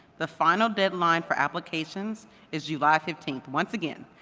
the final deadline for applications is july fifteenth. once again,